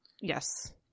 Yes